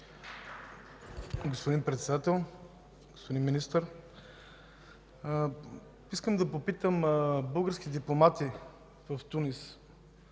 Господин Председател, господин Министър! Искам да попитам българските дипломати в Тунис